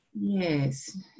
Yes